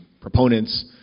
proponents